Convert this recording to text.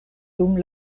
dum